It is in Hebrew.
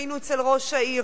היינו אצל ראש העיר.